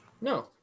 No